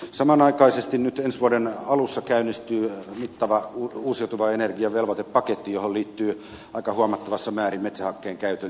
samanaikaisesti nyt ensi vuoden alussa käynnistyy mittava uusiutuvan energian velvoitepaketti johon liittyy aika huomattavassa määrin metsähakkeen käytön lisääntymistä